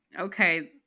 Okay